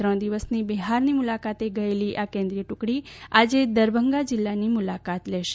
ત્રણ દિવસની બિહારની મુલાકાતે ગયેલી આ કેન્દ્રીય ટ્રકડી આજે દરભંગા જિલ્લાની મુલાકાત લેશે